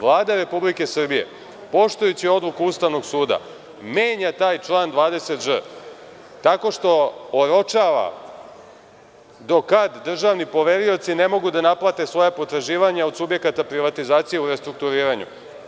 Vlada Republike Srbije, poštujući odluku Ustavnog suda, menja taj član 20ž tako što oročava do kad državni poverioci ne mogu da naplate svoja potraživanja od subjekata privatizacije u restrukturiranju.